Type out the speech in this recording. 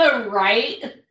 right